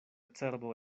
cerbo